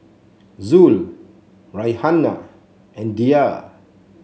Zul Raihana and Dhia